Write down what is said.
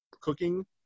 cooking